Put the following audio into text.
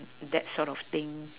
that sort of thing